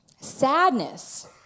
Sadness